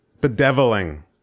bedeviling